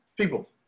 people